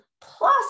plus